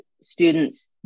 students